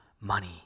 money